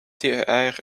ter